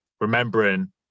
remembering